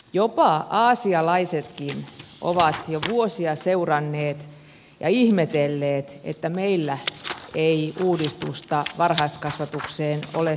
jopa aasialaiset ovat jo vuosia seuranneet ja ihmetelleet että meillä ei uudistusta varhaiskasvatukseen ole saatu aikaan